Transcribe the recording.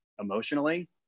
emotionally